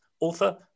author